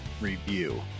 review